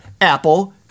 Apple